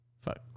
Fuck